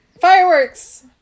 fireworks